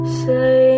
say